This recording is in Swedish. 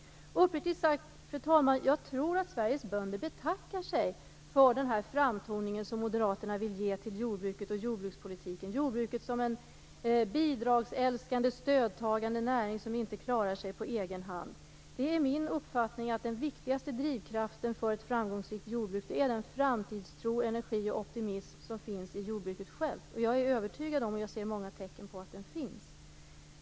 Jag tror uppriktigt sagt, fru talman, att Sveriges bönder betackar sig för den framtoning som Moderaterna vill ge jordbruket och jordbrukspolitiken, dvs. jordbruket som en bidragsälskande och stödtagande näring, som inte klarar sig på egen hand. Min uppfattning är att den viktigaste drivkraften för ett framgångsrikt jordbruk är den framtidstro, energi och optimism som finns i jordbruket självt. Jag är övertygad om det och ser tecken på att detta finns.